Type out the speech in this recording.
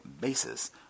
basis